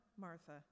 Martha